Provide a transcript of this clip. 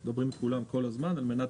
אנחנו מדברים עם כולם כל הזמן על מנת